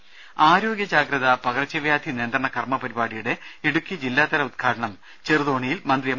ദേദ ആരോഗ്യജാഗ്രത പകർച്ചവ്യാധി നിയന്ത്രണ കർമ്മപരിപാടിയുടെ ഇടുക്കി ജില്ലാതല ഉദ്ഘാടനം ചെറുതോണിയിൽ മന്ത്രി എം